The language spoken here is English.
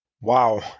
Wow